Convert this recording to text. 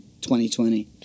2020